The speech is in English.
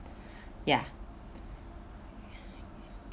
ya